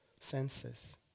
senses